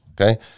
okay